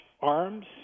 arms